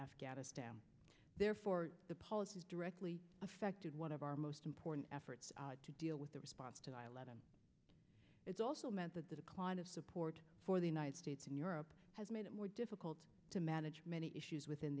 afghanistan therefore the policies directly affected one of our most important efforts to deal with the response to i love him it's also meant that the decline of support for the united states in europe has made it more difficult to manage many issues within